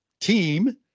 team